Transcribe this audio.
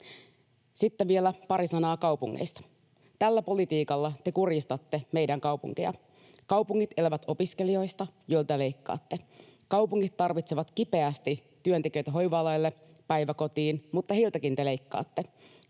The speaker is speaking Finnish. Sitten vielä pari sanaa kaupungeista. Tällä politiikalla te kurjistatte meidän kaupunkeja. Kaupungit elävät opiskelijoista, joilta leikkaatte. Kaupungit tarvitsevat kipeästi työntekijöitä hoiva-alalle, päiväkotiin, mutta heiltäkin te leikkaatte.